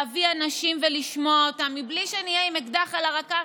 להביא אנשים ולשמוע אותם מבלי שנהיה עם אקדח על הרקה,